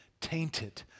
tainted